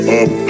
up